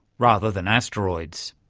rather than asteroids.